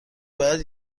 باید